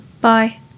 Bye